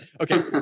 Okay